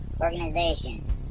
Organization